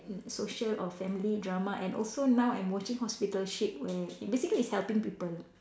social or family drama and also now I'm watching hospital ship where basically is helping people